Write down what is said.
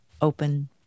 open